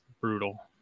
brutal